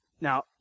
Now